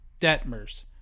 detmers